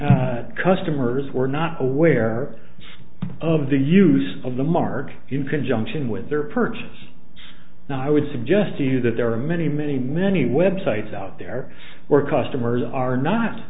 some customers were not aware of the use of the mark in conjunction with their purchase now i would suggest to you that there are many many many web sites out there were customers are not